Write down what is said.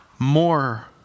More